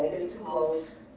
h most